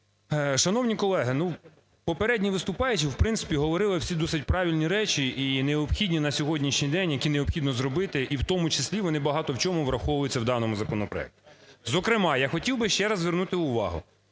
Шановні колеги, попередні виступаючі, в принципі, говорили всі досить правильні речі і необхідні на сьогоднішній день, які необхідно зробити, і в тому числі вони багато в чому враховуються і даному законопроекті. Зокрема, я хотів би ще раз звернути увагу,